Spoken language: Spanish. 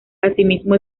asimismo